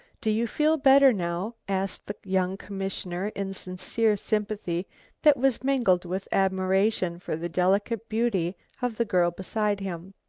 do you feel better now? asked the young commissioner in sincere sympathy that was mingled with admiration for the delicate beauty of the girl beside him,